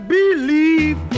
believe